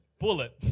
bullet